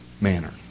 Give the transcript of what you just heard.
manner